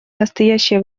настоящее